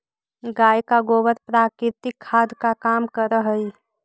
गाय का गोबर प्राकृतिक खाद का काम करअ हई